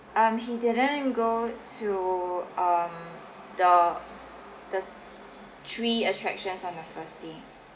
um he didn't go to um the the three attractions on the first day